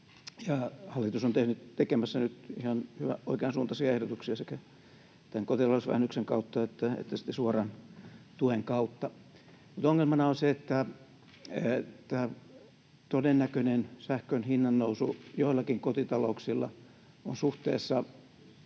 Hallitus on tekemässä nyt ihan oikeansuuntaisia ehdotuksia sekä tämän kotitalousvähennyksen kautta että sitten suoran tuen kautta. Mutta ongelmana on se, että todennäköinen sähkön hinnannousu joillakin kotitalouksilla on suhteessa